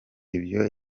ibyo